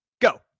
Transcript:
go